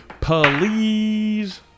Please